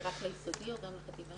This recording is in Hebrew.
רק ליסודי או גם לחטיבה?